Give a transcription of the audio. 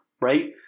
right